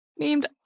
Named